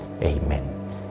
Amen